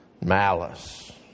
malice